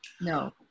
no